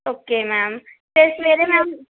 okay ma'am ਅਤੇ ਸਵੇਰੇ ma'am